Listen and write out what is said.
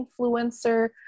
influencer